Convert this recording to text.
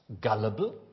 Gullible